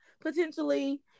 Potentially